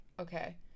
okay